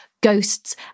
ghosts